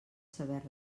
saber